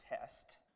test